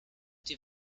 die